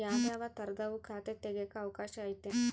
ಯಾವ್ಯಾವ ತರದುವು ಖಾತೆ ತೆಗೆಕ ಅವಕಾಶ ಐತೆ?